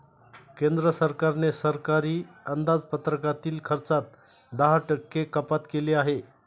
केंद्र सरकारने सरकारी अंदाजपत्रकातील खर्चात दहा टक्के कपात केली आहे